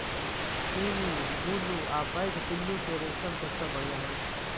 चीनी, बुलू आ पैघ पिल्लू के रेशम सबसं बढ़िया होइ छै